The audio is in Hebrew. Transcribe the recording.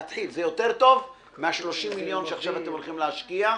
להתחיל זה יותר מה-30 מיליון שעכשיו אתם הולכים להשקיע,